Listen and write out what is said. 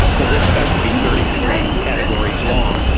the list got to be thirty three categories long,